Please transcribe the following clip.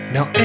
Now